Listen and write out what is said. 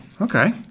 okay